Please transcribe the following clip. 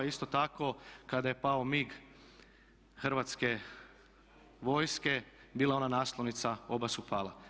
Isto tako kada je pao MIG Hrvatske vojske, bila je ona naslovnica "Oba su pala"